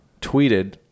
tweeted